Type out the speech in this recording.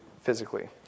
physically